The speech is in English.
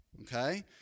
okay